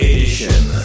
Edition